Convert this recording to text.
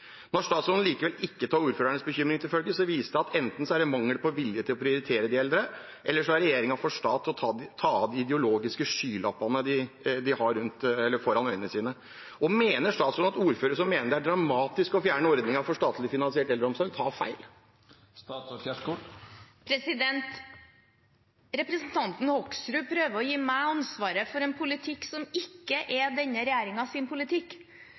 Når statsråden likevel ikke tar ordførernes bekymring til følge, viser det at enten er det mangel på vilje til å prioritere de eldre, eller så er regjeringen for sta til å ta av de ideologiske skylappene de har foran øynene sine. Mener statsråden at ordførere som mener det er dramatisk å fjerne ordningen med statlig finansiert eldreomsorg, tar feil? Representanten Hoksrud prøver å gi meg ansvaret for en politikk som ikke er denne regjeringens politikk.